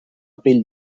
pell